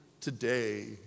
today